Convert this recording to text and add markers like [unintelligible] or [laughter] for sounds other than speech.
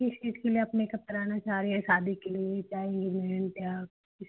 किस चीज़ के लिए आप मेकप करना चा रहे यह शादी के लिए [unintelligible] या किस